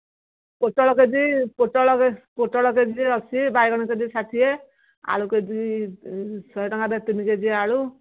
ପୋଟଳ କେଜି ପୋଟଳ କେ ପୋଟଳ କେଜି ଅଶୀ ବାଇଗଣ କେଜି ଷାଠିଏ ଆଳୁ କେଜି ଶହେ ଟଙ୍କାରେ ତିନି କେଜି ଆଳୁ